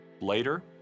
Later